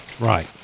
Right